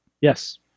Yes